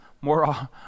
more